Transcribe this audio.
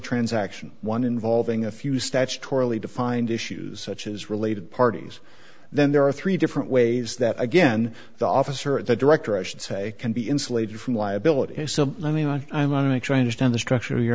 transaction one involving a few statutorily defined issues such as related parties then there are three different ways that again the officer at the director i should say can be insulated from liability so i mean i i want to make sure i understand the structure of your